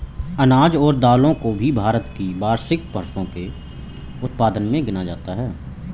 अनाज और दालों को भी भारत की वार्षिक फसलों के उत्पादन मे गिना जाता है